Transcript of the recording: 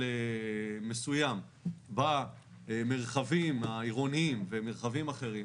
מסוים במרחבים העירוניים ומרחבים אחרים,